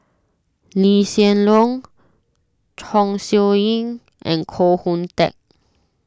Lee Hsien Loong Chong Siew Ying and Koh Hoon Teck